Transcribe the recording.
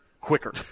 quicker